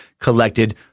collected